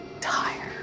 tired